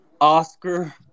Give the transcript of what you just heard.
Oscar